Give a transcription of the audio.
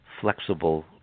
flexible